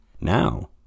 Now